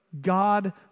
God